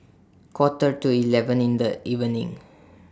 Quarter to eleven in The evening